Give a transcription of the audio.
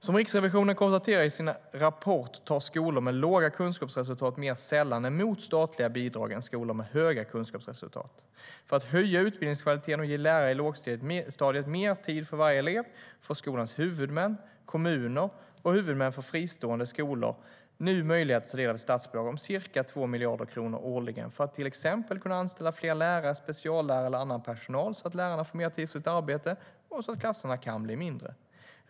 Som Riksrevisionen konstaterar i sin rapport tar skolor med låga kunskapsresultat mer sällan emot statliga bidrag än skolor med höga kunskapsresultat. För att höja utbildningskvaliteten och ge lärare i lågstadiet mer tid för varje elev får skolans huvudmän, kommuner och huvudmän för fristående skolor nu möjlighet att ta del av ett statsbidrag om ca 2 miljarder kronor årligen för att till exempel kunna anställa fler lärare, speciallärare eller annan personal så att lärarna får mer tid för sitt arbete och så att klasserna kan bli mindre.